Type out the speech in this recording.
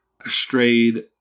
strayed